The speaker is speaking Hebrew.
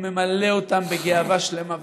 הוא ממלא בגאווה שלמה ומלאה.